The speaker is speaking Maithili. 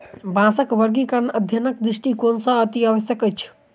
बाँसक वर्गीकरण अध्ययनक दृष्टिकोण सॅ अतिआवश्यक अछि